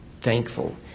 thankful